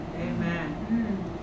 amen